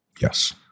Yes